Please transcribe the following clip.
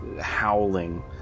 howling